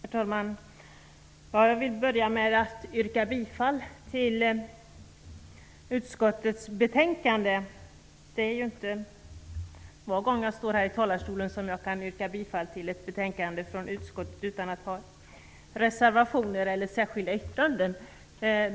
Herr talman! Jag vill börja med att yrka bifall till hemställan i utskottets betänkande. Det är inte varje gång jag står i talarstolen som jag kan yrka bifall till hemställan i ett utskottsbetänkande utan att ha reservationer eller särskilda yttranden.